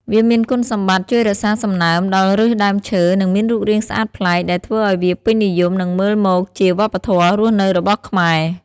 វាមានគុណសម្បត្តិជួយរក្សាសំណើមដល់ឫសដើមឈើ និងមានរូបរាងស្អាតប្លែក ដែលធ្វើឱ្យវាពេញនិយមនិងមើលមកជាវប្បធម៌រស់នៅរបស់ខ្មែរ។